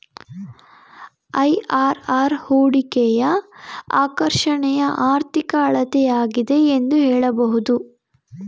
IRR ಹೂಡಿಕೆಯ ಆಕರ್ಷಣೆಯ ಆರ್ಥಿಕ ಅಳತೆಯಾಗಿದೆ ಎಂದು ಹೇಳಬಹುದು